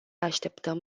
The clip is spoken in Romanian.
așteptăm